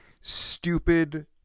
stupid